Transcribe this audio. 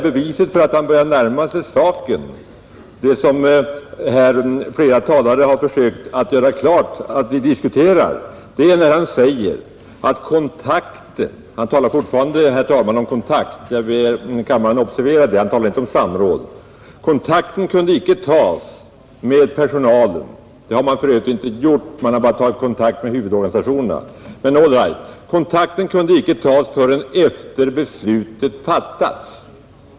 Beviset för att han börjar närma sig själva saken, är att han säger att kontakt — han talar fortfarande, herr talman, om kontakt, och jag ber kammaren observera det; han talar inte om samråd — kunde icke tas med personalen, och det har man för övrigt inte gjort utan man har tagit kontakt med huvudorganisationerna, men all right, förrän efter det att beslutet fattats.